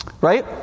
right